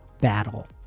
battle